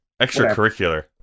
Extracurricular